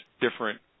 different